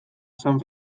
san